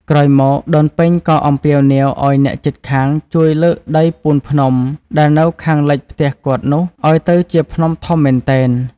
ក្រោយមក ដូនពេញក៏អំពាវនាវឲ្យអ្នកជិតខាងជួយលើកដីពូនភ្នំដែលនៅខាងលិចផ្ទះគាត់នោះឲ្យទៅជាភ្នំធំមែនទែន។